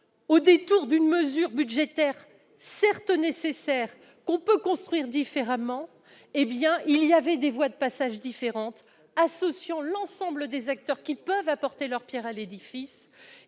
Au détour d'une mesure budgétaire, certes nécessaire, nous avions le sentiment qu'il existait des voies de passage différentes, associant l'ensemble des acteurs qui peuvent apporter leur pierre à l'édifice,